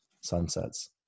sunsets